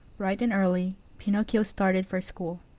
bright and early, pinocchio started for school.